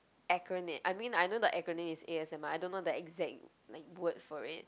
acronym I mean I know the acronym is a_s_m_r I don't know the exact like word for it